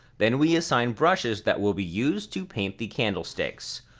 then we assign brushes that will be used to paint the candlesticks.